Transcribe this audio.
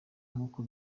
nkuko